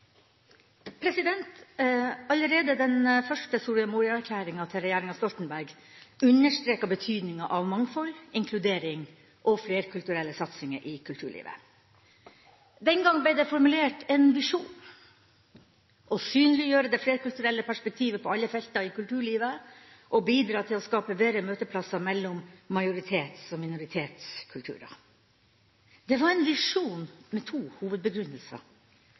opp. Allerede den første Soria Moria-erklæringa til regjeringa Stoltenberg understreket betydninga av mangfold, inkludering og flerkulturelle satsinger i kulturlivet. Den gang ble det formulert en visjon, å «synliggjøre det flerkulturelle perspektivet på alle felter i kulturlivet og bidra til å skape bedre møteplasser mellom majoritets- og minoritetskulturer». Det var en visjon med to hovedbegrunnelser: